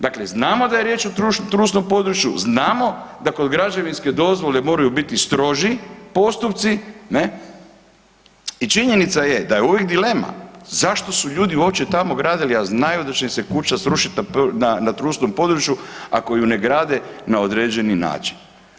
Dakle, znamo da je riječ o trusnom području, znamo da kod građevinske dozvole moraju biti stroži postupci i činjenica je da je uvijek dilema zašto su ljudi uopće tamo gradili, a znaju da će im se kuća srušiti na trusnom području ako ju ne grade na određeni način.